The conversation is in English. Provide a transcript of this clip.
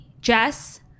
Jess